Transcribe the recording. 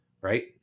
right